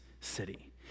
city